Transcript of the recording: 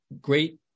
great